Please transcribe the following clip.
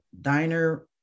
diner